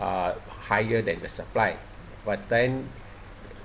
uh higher than the supply but then